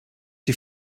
die